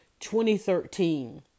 2013